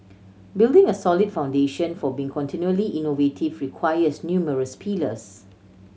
building a solid foundation for being continually innovative requires numerous pillars